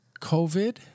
COVID